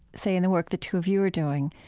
say, in the work the two of you are doing,